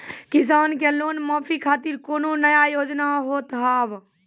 किसान के लोन माफी खातिर कोनो नया योजना होत हाव?